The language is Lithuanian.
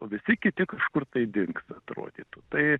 o visi kiti kažkur tai dingsta atrodytų tai